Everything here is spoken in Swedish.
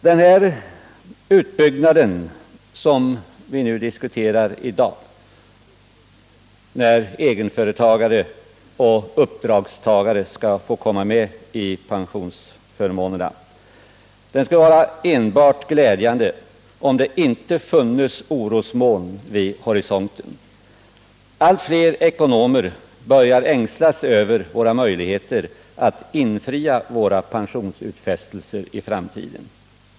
Den utbyggnad som vi diskuterar i dag, genom vilken egenföretagare och uppdragstagare skall få del av pensionsförmånerna, skulle vara enbart glädjande, om det inte funnes orosmoln vid horisonten. Allt fler ekonomer börjar ängslas över våra möjligheter att infria pensionsutfästelserna i framtiden.